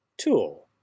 Tool